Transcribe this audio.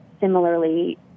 similarly